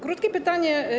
Krótkie pytanie.